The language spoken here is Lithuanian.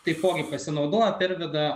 taipogi pasinaudoja perveda